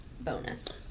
bonus